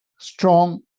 strong